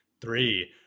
Three